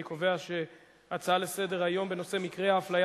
אני קובע שההצעות לסדר-היום בנושא: מקרי האפליה